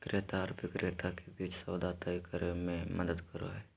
क्रेता आर विक्रेता के बीच सौदा तय करे में मदद करो हइ